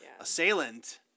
assailant